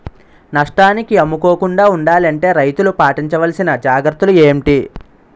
నష్టానికి అమ్ముకోకుండా ఉండాలి అంటే రైతులు పాటించవలిసిన జాగ్రత్తలు ఏంటి